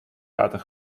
water